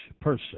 person